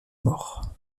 mort